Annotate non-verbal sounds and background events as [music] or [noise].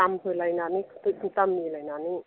दाम होलायनानै [unintelligible] दाम मिलायनानै